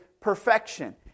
perfection